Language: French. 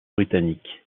britannique